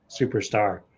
superstar